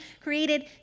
created